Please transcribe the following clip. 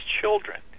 children